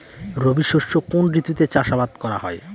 রবি শস্য কোন ঋতুতে চাষাবাদ করা হয়?